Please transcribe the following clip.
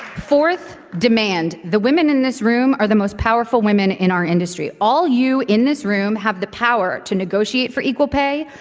fourth, demand. the women in this room are the most powerful women in our industry. all you in this room have the power to negotiate for equal pay,